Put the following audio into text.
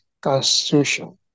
constitution